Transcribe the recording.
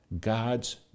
God's